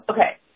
Okay